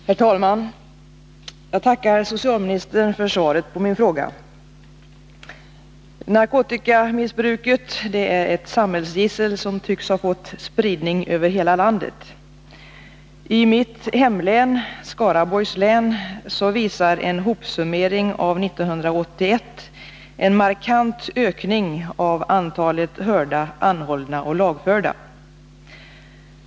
Herr talman! Jag tackar socialministern för svaret på min fråga. Narkotikamissbruket är ett samhällsgissel som tycks ha fått spridning över hela landet. I mitt hemlän, Skaraborgs län, visar en hopsummering för 1981 en markant ökning av antalet hörda, anhållna och lagförda.